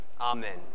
Amen